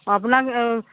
আপোনাক